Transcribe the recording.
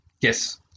Yes